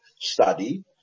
study